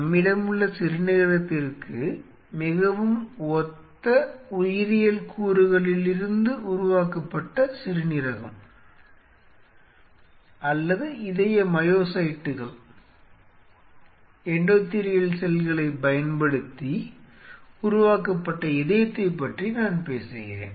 நம்மிடமுள்ள சிறுநீரகத்திற்கு மிகவும் ஒத்த உயிரியல் கூறுகளிலிருந்து உருவாக்கப்பட்ட சிறுநீரகம் அல்லது இதய மயோசைட்டுகள் எண்டோதீலியல் செல்களைப் பயன்படுத்தி உருவாக்கப்பட்ட இதயத்தைப் பற்றி நான் பேசுகிறேன்